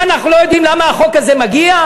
מה, אנחנו לא יודעים למה החוק הזה מגיע?